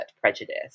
prejudice